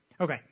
okay